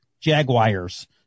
Jaguars